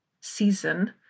season